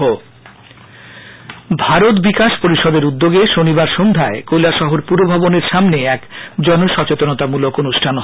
নিপা ভারত বিকাশ পরিষদ এর উদ্যোগে শনিবার সন্ধ্যায় কৈলাসহর পুর ভবনের সামনে এক জনসচেতনতামলক অনুষ্ঠান হয়